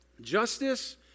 Justice